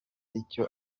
icyo